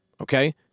Okay